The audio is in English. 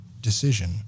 decision